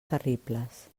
terribles